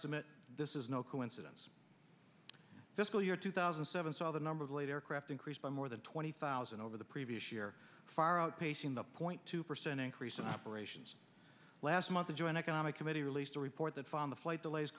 dement this is no coincidence fiscal year two thousand and seven saw the number of later craft increased by more than twenty thousand over the previous year far outpacing the point two percent increase in operations last month the joint economic committee released a report that found the flight delays